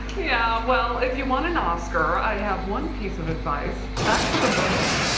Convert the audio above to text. yeah, well, if you want an oscar i have one piece of advice, act with a bird.